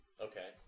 Okay